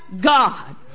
God